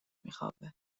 میخوابه